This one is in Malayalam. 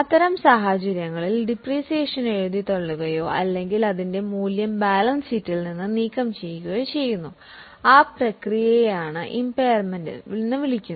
അത്തരം സാഹചര്യങ്ങളിൽ ഡിപ്രീസിയേഷൻ എഴുതിത്തള്ളുകയോ അല്ലെങ്കിൽ അതിന്റെ മൂല്യം ബാലൻസ് ഷീറ്റിൽ നിന്ന് നീക്കംചെയ്യുകയോ ചെയ്യുന്നു അത് പ്രക്രിയയെ ഒരു ഇമ്പയർമെൻറ് എന്ന് വിളിക്കുന്നു